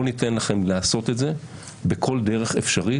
לא ניתן לכם לעשות את זה בכל דרך אפשרית,